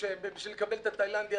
בשביל לקבל את התאילנדי,